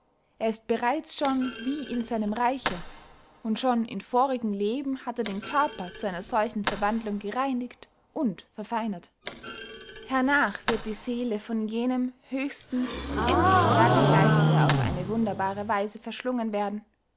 er ist bereits schon wie in seinem reiche und schon in vorigen leben hat er den körper zu einer solchen verwandlung gereinigt und verfeinert hernach wird die seele von jenem höchsten unendlichstärkern geiste auf eine wunderbare weise verschlungen werden